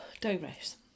Digress